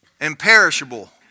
imperishable